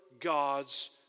God's